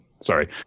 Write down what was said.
Sorry